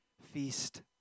Feast